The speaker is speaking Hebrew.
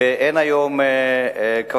אין היום קרנות